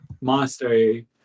monastery